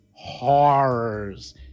horrors